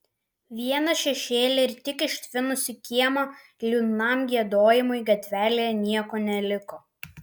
vieną šešėlį ir tik ištvinus į kiemą liūdnam giedojimui gatvelėje nieko neliko